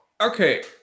okay